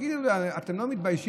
תגידו לי, אתם לא מתביישים?